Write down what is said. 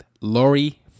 Lori